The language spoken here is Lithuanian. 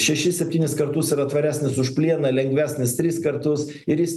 šešis septynis kartus yra tvaresnis už plieną lengvesnis tris kartus ir jis